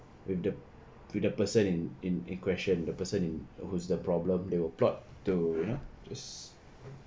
with the with the person in question the person who who's the problem they will plot to you know just